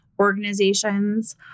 organizations